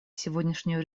сегодняшнюю